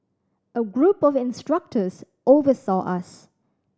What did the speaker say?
a group of instructors oversaw us